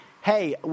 hey